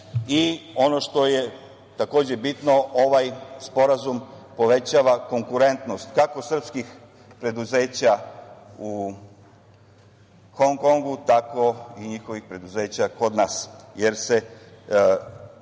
Kine. Ono što je takođe bitno, ovaj sporazum povećava konkurentnost, kako srpskih preduzeća u Hong Kongu, tako i njihovih preduzeća kod nas, jer se